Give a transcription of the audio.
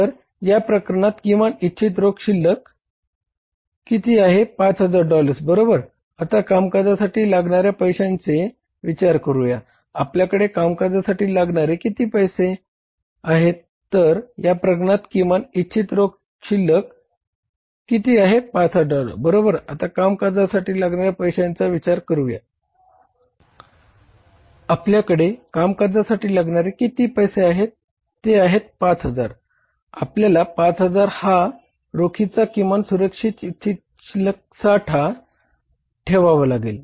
तर या प्रकरणात किमान इच्छित रोख शिल्लक ठेवावा लागेल